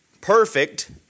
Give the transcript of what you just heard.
Perfect